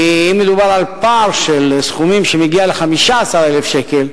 כי אם מדובר על פער של סכומים שמגיע ל-15,000 שקל,